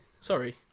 Sorry